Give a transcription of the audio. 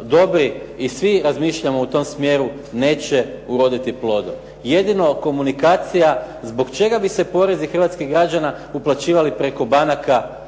dobri i svi razmišljamo u tom smjeru, neće uroditi plodom. Jedino komunikacija zbog čega bi se porezi hrvatski građana uplaćivali preko banka